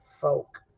folk